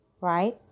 Right